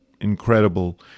incredible